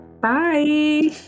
bye